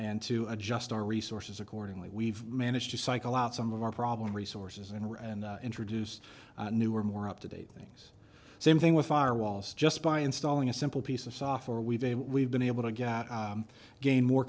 and to adjust our resources accordingly we've managed to cycle out some of our problem resources and introduce new or more up to date things same thing with fire walls just by installing a simple piece of software we've we've been able to get gain more